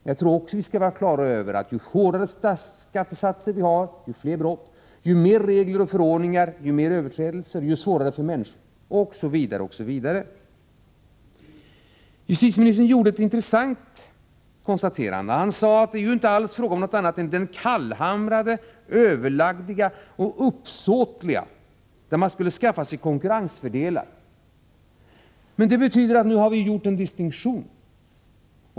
Jag tror också att vi skall vara på det klara med att ju hårdare skattesatser, desto fler brott, ju fler regler och förordningar, desto fler överträdelser, ju svårare för människorna osv. Justitieministern gjorde ett intressant konstaterande. Han sade att det inte alls är fråga om något annat än det kallhamrade, överlagda och uppsåtliga, där man skulle skaffa sig konkurrensfördelar. Det betyder att vi nu har fått en distinktion.